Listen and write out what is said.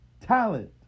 talent